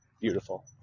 beautiful